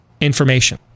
information